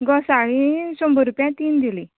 घोसाळी शंबर रुपया तीन दिली